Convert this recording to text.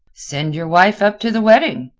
send your wife up to the wedding,